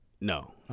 No